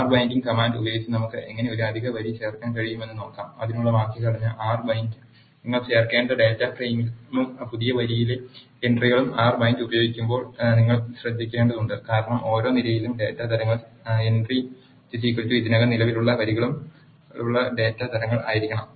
r binding command ഉപയോഗിച്ച് നമുക്ക് എങ്ങനെ ഒരു അധിക വരി ചേർക്കാൻ കഴിയുമെന്ന് നോക്കാം അതിനുള്ള വാക്യഘടന r ബൈൻഡ് നിങ്ങൾ ചേർക്കേണ്ട ഡാറ്റാ ഫ്രെയിമും പുതിയ വരിയിലെ എൻ ട്രികളും r ബൈൻ ഡ് ഉപയോഗിക്കുമ്പോൾ നിങ്ങൾ ശ്രദ്ധിക്കേണ്ടതുണ്ട് കാരണം ഓരോ നിരയിലെയും ഡാറ്റ തരങ്ങൾ എൻ ട്രി ഇതിനകം നിലവിലുള്ള വരികളുള്ള ഡാറ്റ തരങ്ങൾ ആയിരിക്കണം